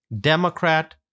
Democrat